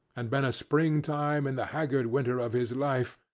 and been a spring-time in the haggard winter of his life,